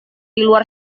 diluar